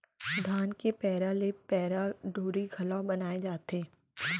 धान के पैरा ले पैरा डोरी घलौ बनाए जाथे